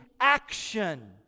action